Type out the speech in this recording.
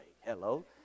Hello